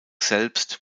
selbst